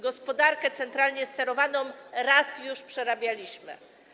Gospodarkę centralnie sterowaną raz już przerabialiśmy.